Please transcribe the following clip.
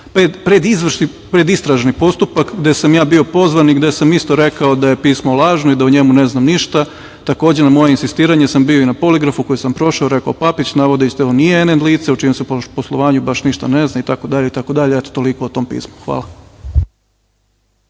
predistražni postupak, gde sam ja bio pozvan i gde sam isto rekao, da je pismo lažno i da o njemu ne znam ništa. Takođe, na moje insistiranje sam bio i na poligrafu koje sam prošao, rekao je Papić - navodno nije n.n. lice o čijem se poslovanju baš ništa ne zna itd, itd. Eto, toliko o tom pismu. Hvala.